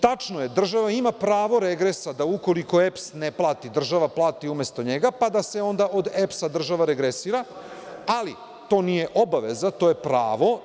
Tačno je, država ima pravo regresa, da ukoliko EPS ne plati, država plati umesto njega, pa da se onda od EPS-a država regresira, ali to nije obaveza, to je pravo.